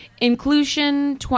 Inclusion